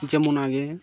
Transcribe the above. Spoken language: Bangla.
যেমন আগে